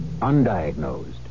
undiagnosed